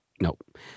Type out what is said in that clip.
Nope